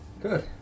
Good